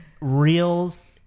Reels